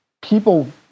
People